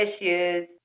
issues